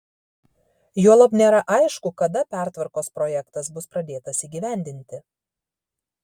juolab nėra aišku kada pertvarkos projektas bus pradėtas įgyvendinti